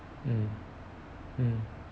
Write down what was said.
um um